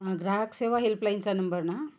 हा ग्राहक सेवा हेल्पलाईनचा नंबर ना